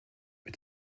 mit